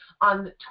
on